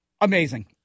Amazing